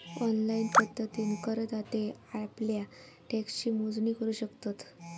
online पद्धतीन करदाते आप्ल्या टॅक्सची मोजणी करू शकतत